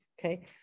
Okay